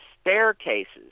staircases